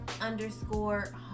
underscore